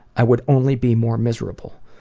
i would only be more miserable.